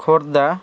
Khordha